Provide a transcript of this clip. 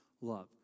love